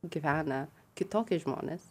gyvena kitokie žmonės